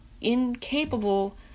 incapable